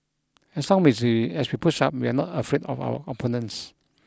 as long with as we push up we are not afraid of our opponents